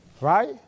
right